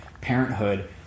parenthood